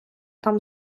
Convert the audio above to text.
там